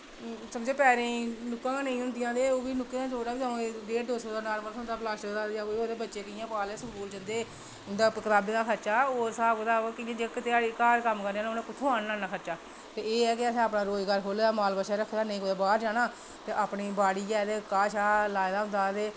समझो पैरें गी नुक्कां गै नेईं होंदियां ओह्बी नुक्कें दा जोड़ा बी डेढ़ दौ सौ दा थ्होंदा नॉर्मल बी तां बच्चे कि'यां पालने स्कूल जंदे बी उं'दा कताबें दा खर्चा होर स्हाब कताब ध्याड़ी घर कम्म करने आह्ले उ'नें कुत्थुआं आह्नना इन्ना खर्चा ते एह् ऐ की असें माल बच्छा रक्खे दा ते नेईं कुदै बाहर जाना ते अपनी बाड़ी ऐ ते घाऽ लाये दा होंदा ते